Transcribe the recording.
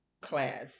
class